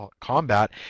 combat